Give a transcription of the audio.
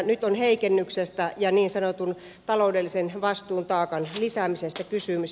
nyt on heikennyksestä ja niin sanotun taloudellisen vastuun taakan lisäämisestä kysymys